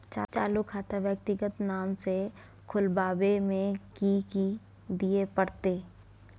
चालू खाता व्यक्तिगत नाम से खुलवाबै में कि की दिये परतै?